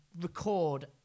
record